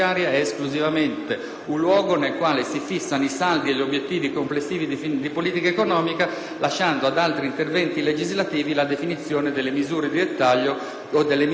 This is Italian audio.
un luogo nel quale si fissano i saldi e gli obiettivi complessivi di politica economica, lasciando ad altri interventi legislativi la definizione delle misure di dettaglio o settoriali.